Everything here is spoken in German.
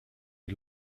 die